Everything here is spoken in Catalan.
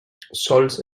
sols